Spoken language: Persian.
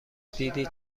دیدی